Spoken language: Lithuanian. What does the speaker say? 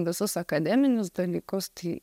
visus akademinius dalykus tai